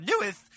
newest